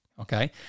Okay